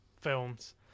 films